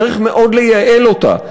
צריך מאוד לייעל אותה.